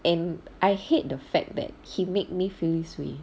and I hate the fact that he made me feel this way